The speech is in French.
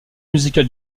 musical